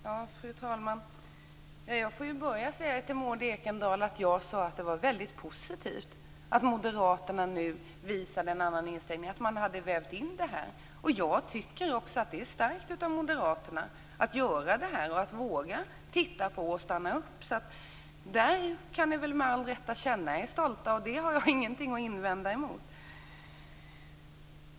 Fru talman! Jag får börja med att säga till Maud Ekendahl att jag sade att det var väldigt positivt att moderaterna nu visar en annan inställning, att man har vävt in det här. Jag tycker också att det är starkt av moderaterna att göra det här, att våga titta på detta och stanna upp. Där kan ni med all rätta känna er stolta, och det har jag ingenting att invända emot.